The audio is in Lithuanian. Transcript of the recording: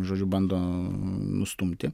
žodžiu bando nustumti